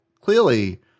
clearly